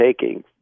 taking